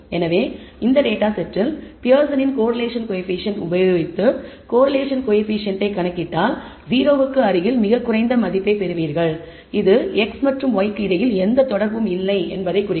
எனவே இந்த டேட்டா செட்டில் பியர்சனின் கோரிலேஷன் கோயபிசியன்ட் உபயோகித்து கோரிலேஷன் கோயபிசியன்ட் கணக்கிட்டால் 0 க்கு அருகில் மிக குறைந்த மதிப்பைப் பெறுவீர்கள் இது x மற்றும் y க்கு இடையில் எந்த தொடர்பும் இல்லை என்பதைக் குறிக்கும்